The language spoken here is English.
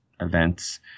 events